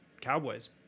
cowboys